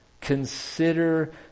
Consider